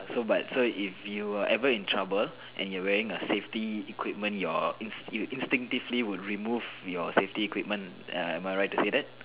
so but so if you were ever in trouble and you're wearing a safety equipment you're you instinctively would remove your safety equipment err am I right to say that